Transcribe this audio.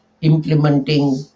implementing